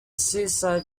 seaside